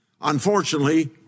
Unfortunately